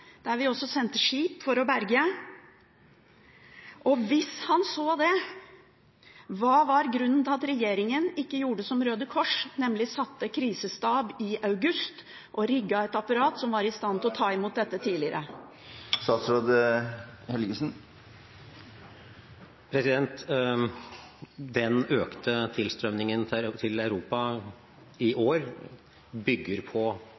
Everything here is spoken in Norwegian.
der vi også sendte skip for å berge dem? Og hvis han så det: Hva var grunnen til at regjeringen ikke gjorde som Røde Kors, som satte krisestab i august og rigget et apparat som var i stand til å ta imot disse tidligere? Den økte tilstrømningen til Europa i år bygger på